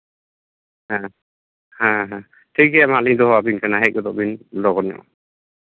ᱦᱮᱸ ᱦᱮᱸ ᱴᱷᱤᱠ ᱜᱮᱭᱟ ᱢᱟ ᱞᱤᱧ ᱫᱚᱦᱚ ᱟᱹᱵᱤᱱ ᱠᱟᱱᱟ ᱦᱮᱡ ᱜᱚᱫᱚᱜ ᱵᱤᱱ ᱞᱚᱜᱚᱱ ᱧᱚᱜ